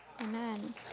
amen